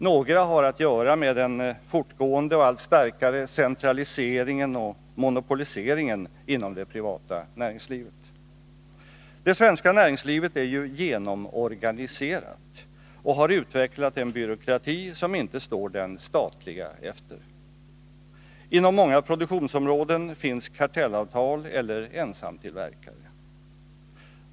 Några har att göra med den fortgående och allt starkare centraliseringen och monopoliseringen inom det privata näringslivet. Det svenska näringslivet är ju genomorganiserat och har utvecklat en byråkrati som inte står den statliga efter. Inom många produktionsområden finns kartellavtal eller ensamtillverkare.